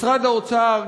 משרד האוצר,